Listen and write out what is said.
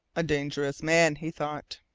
a dangerous man, he thought.